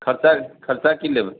खर्चा खर्चा की लेब